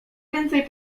więcej